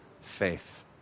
faith